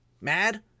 mad